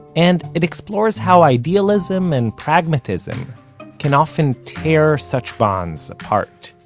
and it explores how idealism and pragmatism can often tear such bonds apart